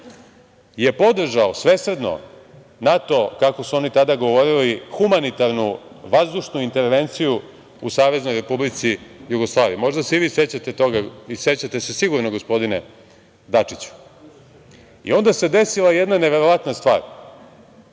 je podržao svesrdno NATO, kako su oni tada govorili, humanitarnu vazdušnu intervenciju u Saveznoj Republici Jugoslaviji. Možda se i vi sećate toga i sećate se sigurno, gospodine Dačiću. Onda se desila neverovatna stvar.